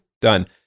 done